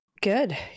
Good